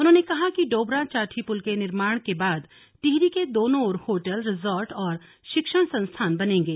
उन्होंने कहा कि डोबरा चांठी पुल के निर्माण के बाद टिहरी के दोनों ओर होटल रिजॉर्ट और शिक्षण संस्थान बनेंगे